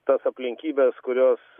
tas aplinkybes kurios